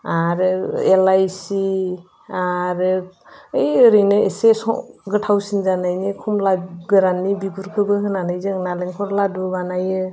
आरो इलाइसि आरो ओइ ओरैनो एसे गोथावसिन जानायनि खमला गोराननि बिगुरखौबो होनानै जों नारेंखल लाडु बानायो